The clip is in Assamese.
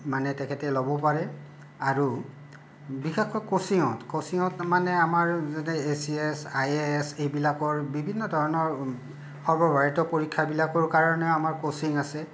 মানে তেখেতে ল'ব পাৰে আৰু বিশেষকৈ কচিঙত কচিঙত মানে আমাৰ যাতে A C S I A S এইবিলাকৰ বিভিন্ন ধৰণৰ সৰ্বভাৰতীয় পৰীক্ষাবিলাকৰ কাৰণে আমাৰ কচিং আছে